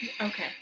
okay